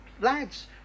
lads